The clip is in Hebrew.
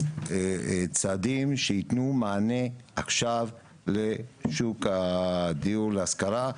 צעדים שיתנו מענה עכשיו לשוק הדיור להשכרה,